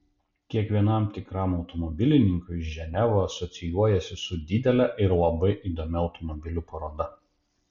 kiekvienam tikram automobilininkui ženeva asocijuojasi su didele ir labai įdomia automobilių paroda